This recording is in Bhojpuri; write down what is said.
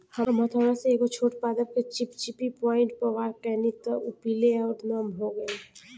हम हथौड़ा से एगो छोट पादप के चिपचिपी पॉइंट पर वार कैनी त उ पीले आउर नम हो गईल